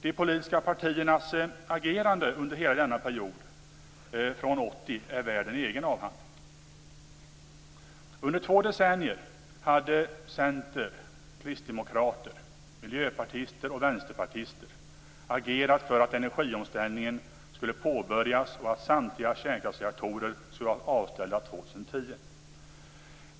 De politiska partiernas agerande under hela denna period från 1980 är värda en egen avhandling. Under två decennier hade centern, kristdemokrater, miljöpartister och vänsterpartister agerat för att energiomställningen skulle påbörjas, och att samtliga kärnkraftsreaktorer skulle vara avstängda 2010.